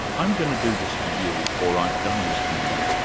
i'm going to do this for you, or i've done this for you,